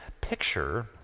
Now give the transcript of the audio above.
picture